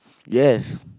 yes